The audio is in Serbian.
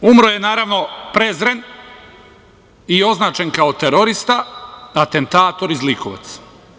E, sada umro je naravno prezren i označen kao terorista, atentator i zlikovac.